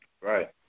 Right